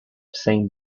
saint